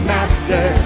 Master